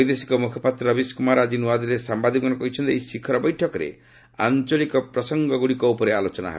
ବୈଦେଶିକ ମୁଖପାତ୍ର ରବିଶ କୁମାର ଆଜି ନୂଆଦିଲ୍ଲୀରେ ସାମ୍ବାଦିକମାନଙ୍କୁ କହିଛନ୍ତି ଏହି ଶିଖର ବୈଠକରେ ଆଞ୍ଚଳିକ ପ୍ରସଙ୍ଗଗୁଡ଼ିକ ଉପରେ ଆଲୋଚନା ହେବ